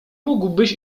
mógłbyś